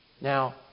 Now